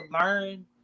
learn